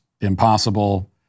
impossible